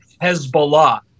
Hezbollah